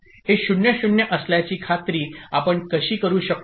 हे 0 0 असल्याची खात्री आपण कशी करू शकतो